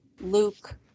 Luke